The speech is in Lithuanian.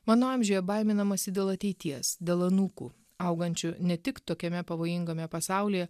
mano amžiuje baiminamasi dėl ateities dėl anūkų augančių ne tik tokiame pavojingame pasaulyje